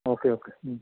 okay okay